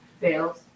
fails